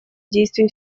действий